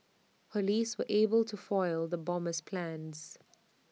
Police were able to foil the bomber's plans